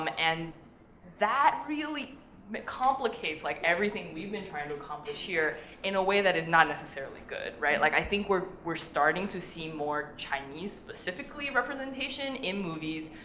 um and that really complicates, like, everything we've been trying to accomplish here in a way that is not necessarily good, right? like, i think we're we're starting to see more chinese, specifically representation in movies,